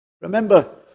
Remember